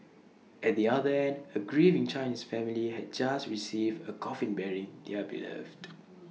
at the other end A grieving Chinese family had just received A coffin bearing their beloved